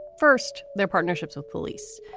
first, they're partnerships with police.